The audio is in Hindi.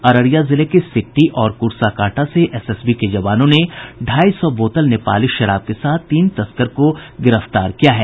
अररिया जिले के सिकटी और कुर्साकांटा से एसएसबी के जवानों ने ढ़ाई सौ बोतल नेपाली शराब के साथ तीन तस्कर को गिरफ्तार किया है